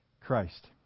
Christ